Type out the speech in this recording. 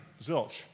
zilch